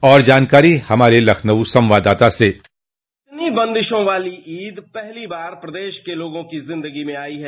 और जानकारो हमारे लखनऊ संवाददाता से डिस्पैच इतनी बंदिशों वाली ईद पहली बार प्रदेश के लोगो की जिंदगी में आई है